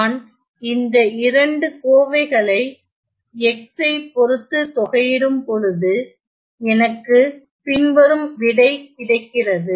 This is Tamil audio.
நான் இந்த இரண்டு கோவைகளை x ஐ பொறுத்து தொகையிடும்பொழுது எனக்கு பின்வரும் விடை கிடைக்கிறது